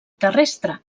terrestre